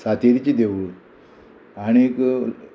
सातेरीचें देवूळ आणीक